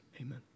Amen